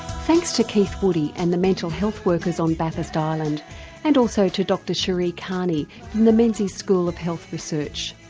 thanks to keith woody and the mental health workers on bathurst island and also to dr sherree cairney from and the menzies school of health research.